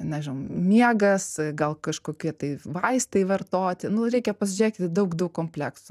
nežinau miegas gal kažkokie tai vaistai vartoti nu reikia pasižiūrėti į daug daug kompleksų